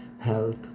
health